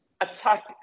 attack